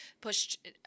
pushed